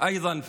אנחנו יודעים,